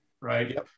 right